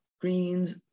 greens